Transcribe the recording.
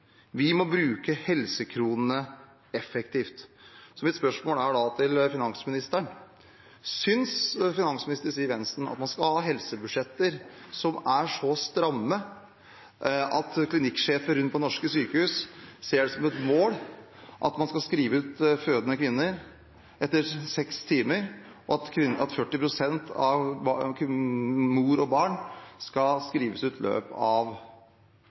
må bruke helsekronene effektivt.» Mitt spørsmål til finansministeren er da: Synes finansminister Siv Jensen at man skal ha helsebudsjetter som er så stramme at klinikksjefer rundt om på norske sykehus ser det som et mål at man skal skrive ut kvinner som har født, etter seks timer, og at 40 pst. av mødre og barn skal skrives ut i løpet av